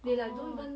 oh